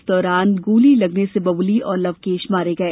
इस दौरान गोली लगने से बबुली और लवलेश मारे गए